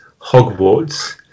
Hogwarts